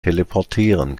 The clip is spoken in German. teleportieren